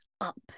up